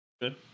Good